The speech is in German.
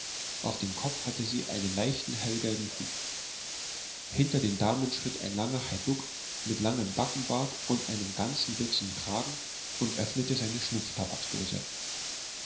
auf dem kopf hatte sie einen leichten hellgelben hut hinter den damen schritt ein langer heiduck mit langem backenbart und einem ganzen dutzend kragen und öffnete seine